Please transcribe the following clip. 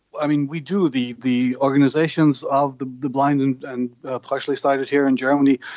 i mean we do the the organisations of the the blind and and ah partially sighted here in germany,